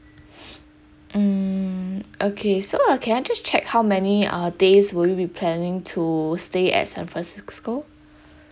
mm okay so uh can I just check how many uh days will you be planning stay at san francisco